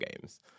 games